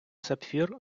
сапфір